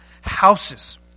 houses